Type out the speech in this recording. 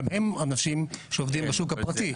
גם הם אנשים שעובדים בשוק הפרטי,